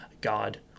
God